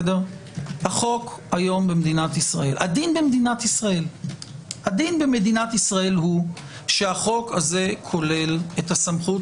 הדין במדינת ישראל הוא שהחוק הזה כולל את הסמכות